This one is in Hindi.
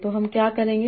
तो हम क्या करेंगे